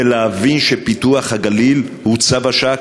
ולהבין שפיתוח הגליל הוא צו השעה,